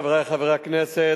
חברי חברי הכנסת,